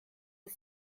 das